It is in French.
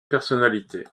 personnalité